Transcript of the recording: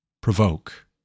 provoke